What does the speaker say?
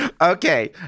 Okay